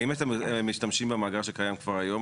האם אתם משתמשים במאגר שקיים כבר היום,